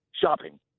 shopping